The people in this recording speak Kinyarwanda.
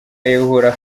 kayihura